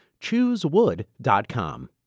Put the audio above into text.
Choosewood.com